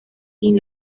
sin